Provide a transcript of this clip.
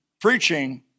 preaching